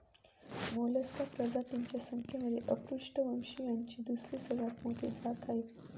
Mollusca प्रजातींच्या संख्येमध्ये अपृष्ठवंशीयांची दुसरी सगळ्यात मोठी जात आहे